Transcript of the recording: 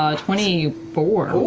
ah twenty four.